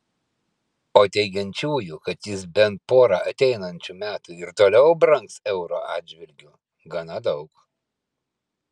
o teigiančiųjų kad jis bent porą ateinančių metų ir toliau brangs euro atžvilgiu gana daug